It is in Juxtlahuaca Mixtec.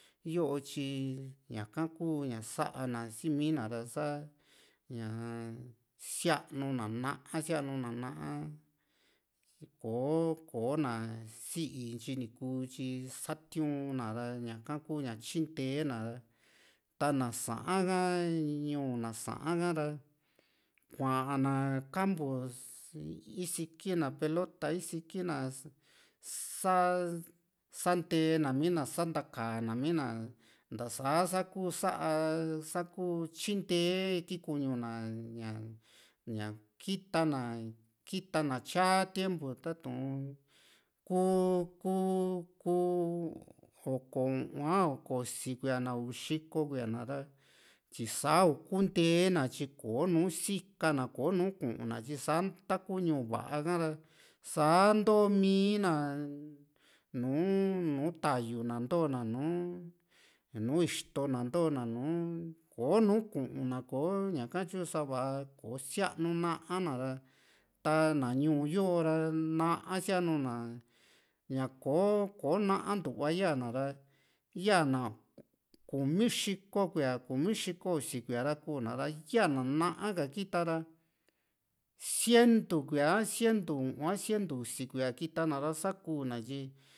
yoo tyi ña´ka kuu ña sa´na sii mi´na ra sa ñaa sianu na na´a sianu na na´a kò´o kò´o na sii intyi ni kuu tyi satiuna ra ñaka kuu ña tyinte na ta´na saa´n ha ñuu na saa´n ha ra kuana campo sikii na pelota isiki na sa sa ntee na mii´na sa´nta ka na mii´na ntasa sa kuu sa´a sa kuu tyinte iki kuñu´na ña ña kita na kita na tyaa tiempo tu kuu kuu ku oko u´un a oko usia kuíaa na uvi xiko kuiaa na´ra tyi saa ukuntena tyi kò´o nu sika na kò´o nu kuuna tyi sa taku ñuu va´a ha´ra saa ntoo mi´na nùù nu tayu na nto´na nùù nu xitona nto´na nùù kò´o nu ku´na kò´o ña´ka tyu sa´va kò´o sianu na na´a na ra ta na ñuu yo ra na´a sianu na ñako kò´o nantua yaa na ra yaa na kumi xiko kuíaa kumi xiko usi kuíaa ra kuuna ra ya´na naa ka kita ra sientu kuíaa a sientu u´un a sientu usi kuíaa kita na ra sa kuu na tyi